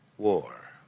War